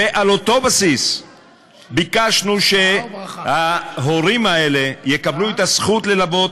ועל אותו בסיס ביקשנו שההורים האלה יקבלו את הזכות ללוות,